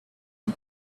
had